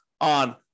on